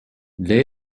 для